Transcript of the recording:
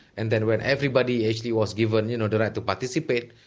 and then when everybody actually was given you know the right to participate,